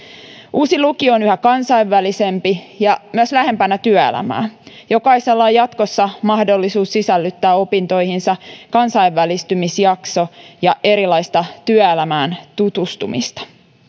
uusi lukio on yhä kansainvälisempi ja myös lähempänä työelämää jokaisella on jatkossa mahdollisuus sisällyttää opintoihinsa kansainvälistymisjakso ja erilaista työelämään tutustumista